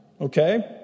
okay